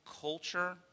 culture